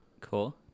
cool